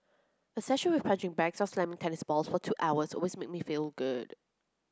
a session with punching bags or slamming tennis balls for two hours always makes me feel good